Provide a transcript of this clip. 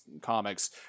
comics